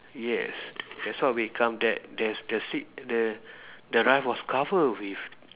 yes that's what we come that the the seat the the rice was cover with